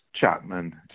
Chapman